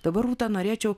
dabar rūta norėčiau